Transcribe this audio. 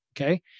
Okay